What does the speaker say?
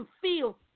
feel